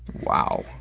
wow.